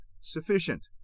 sufficient